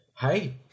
hey